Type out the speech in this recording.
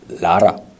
Lara